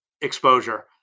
exposure